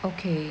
okay